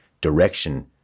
direction